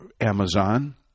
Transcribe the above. Amazon